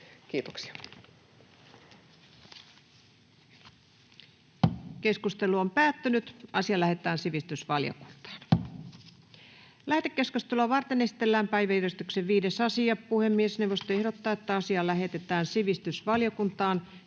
lukioon ja ammatilliseen koulutukseen. — Kiitoksia. Lähetekeskustelua varten esitellään päiväjärjestyksen 5. asia. Puhemiesneuvosto ehdottaa, että asia lähetetään sivistysvaliokuntaan.